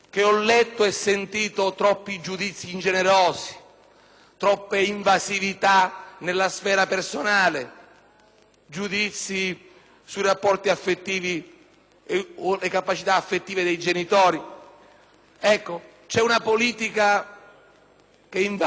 troppe invasioni nella sfera personale, giudizi sui rapporti o sulle capacità affettive dei genitori: vi è una politica che invade il campo in modo assolutamente brutale.